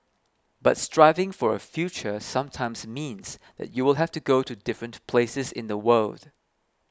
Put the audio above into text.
but striving for a future sometimes means that you will have to go to different places in the world